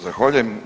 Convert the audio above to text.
Zahvaljujem.